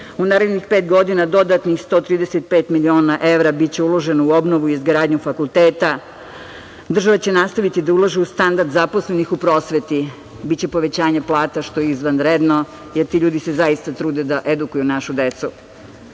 U narednih pet godina dodatnih 135 miliona evra biće uloženo u obnovu i izgradnju fakulteta, država će nastaviti da ulaže u standard zaposlenih u prosveti, biće povećanje plata, što je izvanredno, jer ti ljudi se zaista trude da edukuju našu